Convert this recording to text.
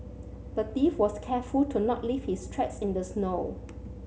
the thief was careful to not leave his tracks in the snow